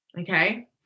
okay